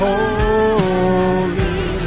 Holy